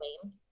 claim